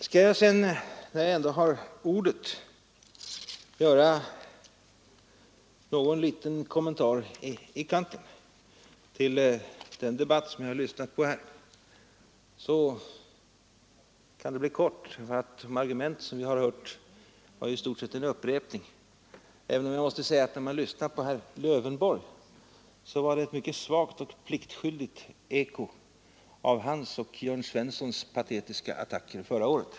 Skall jag sedan när jag ändå har ordet göra någon liten kommentar i kanten till den debatt jag lyssnat på, så kan den bli kort, eftersom de argument vi hört i stort sett är en upprepning. Jag måste emellertid säga att vad herr Lövenborg sade var ett mycket svagt och pliktskyldigt eko av hans och herr Jörn Svenssons patetiska attacker förra året.